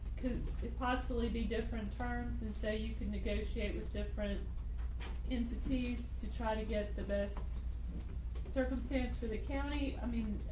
could it possibly be different turns and say you can negotiate with different entities to try to get the best circumstance for the county. i mean,